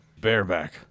bareback